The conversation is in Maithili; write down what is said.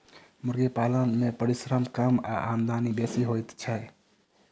मुर्गी पालन मे परिश्रम कम आ आमदनी बेसी होइत छै